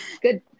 good